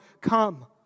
come